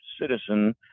citizen